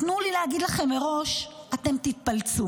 תנו לי להגיד לכם מראש, אתם תתפלצו.